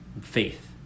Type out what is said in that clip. faith